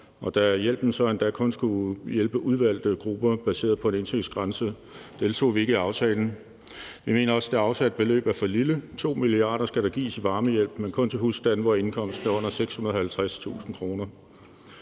da hjælpen så endda kun skulle hjælpe udvalgte grupper baseret på en indtægtsgrænse, deltog vi ikke i aftalen. Vi mener også, at det afsatte beløb er for lille. 2 mia. kr. skal der gives i varmehjælp, men kun til husstande, hvor indkomsten er under 650.000 kr.,